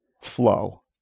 flow